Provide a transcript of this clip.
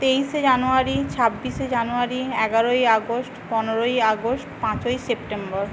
তেইশে জানুয়ারি ছাব্বিশে জানুয়ারি এগারোই আগস্ট পনেরোই আগস্ট পাঁচই সেপ্টেম্বর